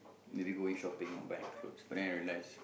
maybe going shopping or buying clothes but then I realize